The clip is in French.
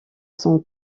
son